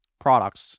products